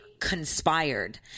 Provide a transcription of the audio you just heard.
conspired